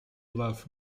love